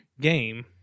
game